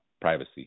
privacy